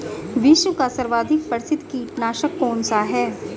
विश्व का सर्वाधिक प्रसिद्ध कीटनाशक कौन सा है?